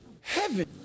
Heaven